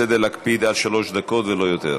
לסדר-היום להקפיד על שלוש דקות ולא יותר.